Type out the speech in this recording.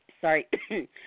sorry